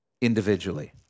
individually